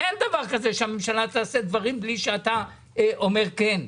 אין דבר כזה שהממשלה תעשה דברים בלי שאתה אומר כן.